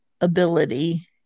ability